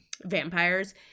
vampires